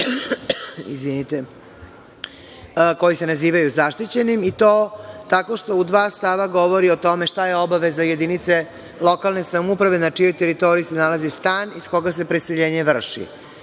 stanara koji se nazivaju zaštićenim i to tako što u dva stava govori o tome šta je obaveza jedinice lokalne samouprave na čijoj teritoriji se nalazi stan iz koga se preseljenje